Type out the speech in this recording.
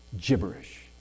gibberish